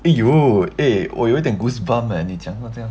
!aiyo! eh 我有一点 goosebumps eh 你讲到这样